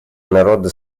народы